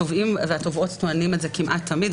התובעים והתובעות טוענים את זה כמעט תמיד.